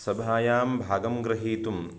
सभायां भागं ग्रहीतुं